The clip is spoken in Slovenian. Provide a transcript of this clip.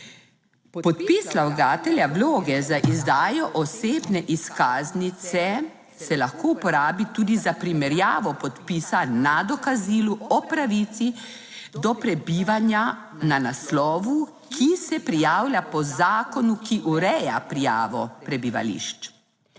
Podpis vlagatelja vloge za izdajo osebne izkaznice se lahko uporabi tudi za primerjavo podpisa na dokazilu o pravici do prebivanja na naslovu, ki se prijavlja po zakonu, ki ureja prijavo prebivališč.